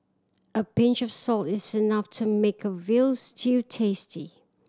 a pinch of salt is enough to make a veal stew tasty